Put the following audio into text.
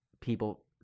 people